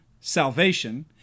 salvation